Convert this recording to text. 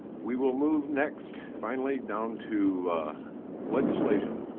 we will move next, finally, down to legislation.